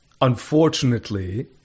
unfortunately